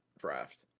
draft